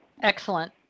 Excellent